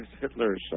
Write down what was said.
Hitler's